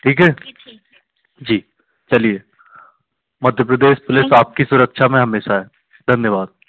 ठीक है जी चलिए मध्य प्रदेश पुलिस आपकी सुरक्षा में हमेशा है धन्यवाद